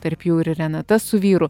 tarp jų ir renata su vyru